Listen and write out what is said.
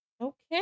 okay